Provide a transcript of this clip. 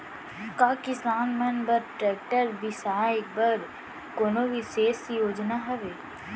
का किसान मन बर ट्रैक्टर बिसाय बर कोनो बिशेष योजना हवे?